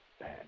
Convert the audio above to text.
Bad